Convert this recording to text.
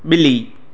बि॒ली